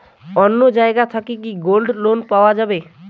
অন্য জায়গা থাকি কি গোল্ড লোন পাওয়া যাবে?